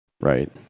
right